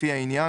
לפי העניין,